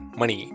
money